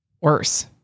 worse